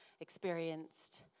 experienced